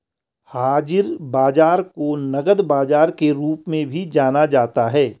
हाज़िर बाजार को नकद बाजार के रूप में भी जाना जाता है